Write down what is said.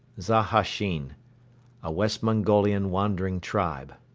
zahachine a west mongolian wandering tribe.